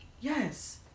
yes